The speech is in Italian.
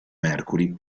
mercury